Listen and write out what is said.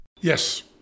Yes